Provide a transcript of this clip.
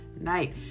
night